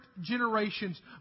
generations